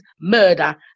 Murder